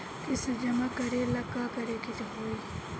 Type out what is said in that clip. किस्त जमा करे ला का करे के होई?